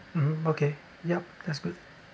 mmhmm okay yup that's good